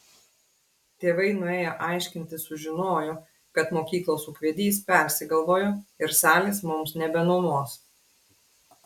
tėvai nuėję aiškintis sužinojo kad mokyklos ūkvedys persigalvojo ir salės mums nebenuomos